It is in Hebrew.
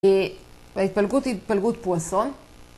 והתפלגות היא התפלגות פואסון.